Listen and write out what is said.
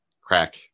crack